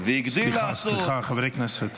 והגדיל לעשות --- סליחה, חברי הכנסת.